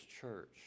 church